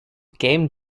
game